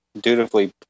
dutifully